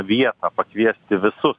vietą pakviesti visus